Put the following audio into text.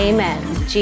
Amen